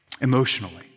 Emotionally